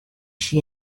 she